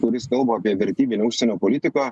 kuris kalba apie vertybinę užsienio politiką